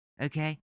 okay